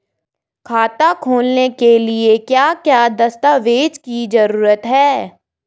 खाता खोलने के लिए क्या क्या दस्तावेज़ की जरूरत है?